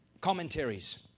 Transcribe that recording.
commentaries